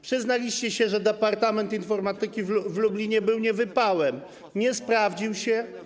Przyznaliście się, że departament informatyki w Lublinie był niewypałem, nie sprawdził się.